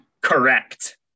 Correct